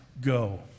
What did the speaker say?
go